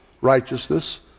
righteousness